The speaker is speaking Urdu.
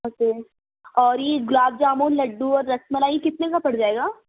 اوکے اور یہ گلاب جامن لڈو اور رس ملائی کتنے کا پڑ جائے گا